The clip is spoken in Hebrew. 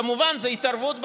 כמובן, זאת התערבות בפעילותם,